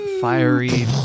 fiery